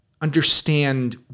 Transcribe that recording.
understand